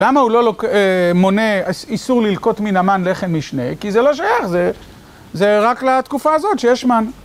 למה הוא לא מונה, איסור ללקוט מן המן לחם משנה? כי זה לא שייך, זה רק לתקופה הזאת שיש מן.